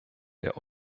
der